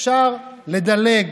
אפשר לדלג,